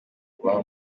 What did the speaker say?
ukubaha